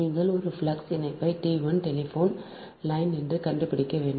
நீங்கள் ஒரு ஃப்ளக்ஸ் இணைப்பை T1 டெலிபோன் லைன் என்று கண்டுபிடிக்க வேண்டும்